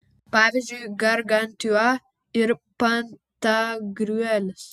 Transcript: pavyzdžiui gargantiua ir pantagriuelis